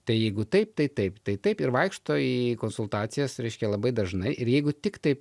tai jeigu taip tai taip tai taip ir vaikšto į konsultacijas reiškia labai dažnai ir jeigu tiktai